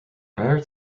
prior